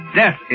death